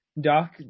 Doc